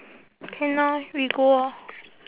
can orh we go orh